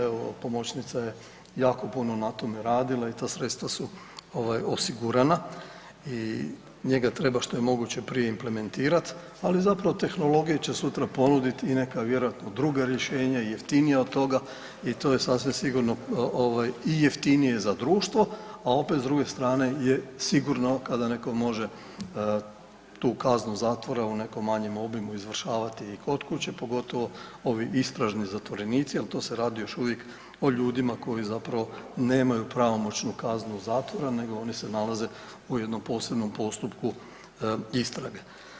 Evo pomoćnica je jako puno na tome radila i ta sredstva su osigurana i njega treba što je moguće prije implementirati, ali zapravo tehnologije će sutra ponuditi i neka vjerojatno druga rješenja i jeftinija od toga i to je sasvim sigurno i jeftinije za društvo, a opet s druge strane je sigurno kada netko može tu kaznu zatvora u nekom manjem obimu izvršavati i kod kuće pogotovo ovi istražni zatvorenici jer to se radi još uvijek o ljudima koji zapravo nemaju pravomoćnu kaznu zatvora, nego oni se nalaze u jednom posebnom postupku istrage.